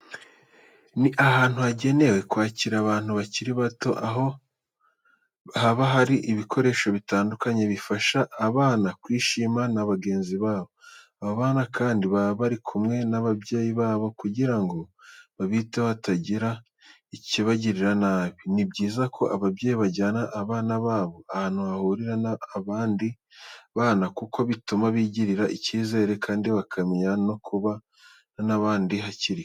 Ni ahantu hagenewe kwakira abana bakiri bato, aho haba hari ibikoresho bitandukanye bifasha aba bana kwishimana na bagenzi babo. Abo bana kandi baba bari kumwe n'ababyeyi babo kugira ngo babiteho hatagira ikibagirira nabi. Ni byiza ko ababyeyi bajyana abana babo ahantu bahurira n'abandi bana kuko bituma bigirira icyizere kandi bakamenya no kubana n'abandi hakiri kare.